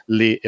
le